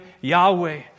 Yahweh